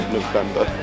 November